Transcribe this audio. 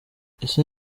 ese